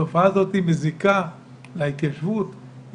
התופעה הזאת מזיקה להתיישבות,